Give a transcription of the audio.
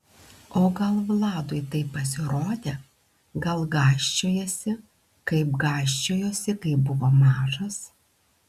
o gal vladui taip pasirodė gal gąsčiojasi kaip gąsčiojosi kai buvo mažas